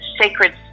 sacred